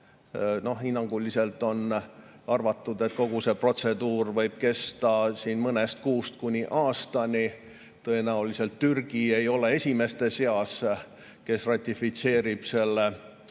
Hinnanguliselt on arvatud, et kogu see protseduur võib kesta mõnest kuust kuni aastani. Tõenäoliselt Türgi ei ole esimeste seas, kes ratifitseerib selle,